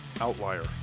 outlier